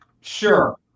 Sure